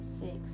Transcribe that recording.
six